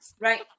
Right